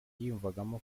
yiyumvagamo